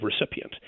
recipient